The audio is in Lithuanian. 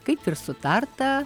kaip ir sutarta